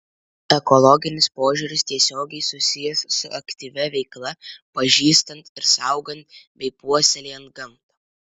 ekologinis požiūris tiesiogiai susijęs su aktyvia veikla pažįstant ir saugant bei puoselėjant gamtą